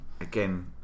Again